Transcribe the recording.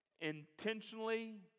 Intentionally